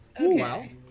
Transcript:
Okay